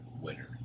winner